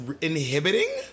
inhibiting